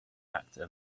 actor